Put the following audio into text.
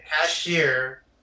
cashier